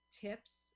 tips